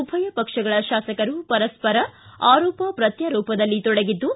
ಉಭಯ ಪಕ್ಷಗಳ ತಾಸಕರು ಪರಸ್ಪರ ಆರೋಪ ಪ್ರತ್ಹಾರೋಪದಲ್ಲಿ ತೊಡಗಿದ್ದು